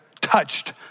touched